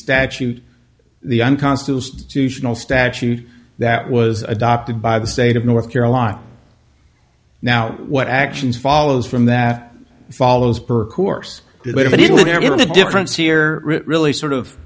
statute the unconstitutional statute that was adopted by the state of north carolina now what actions follows from that follows per course the difference here really sort of